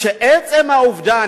עצם העובדה,